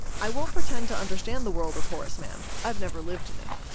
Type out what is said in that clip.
i won't pretend to understand the world of horace mann, i've never lived in it.